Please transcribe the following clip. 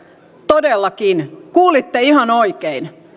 todellakin kuulitte ihan oikein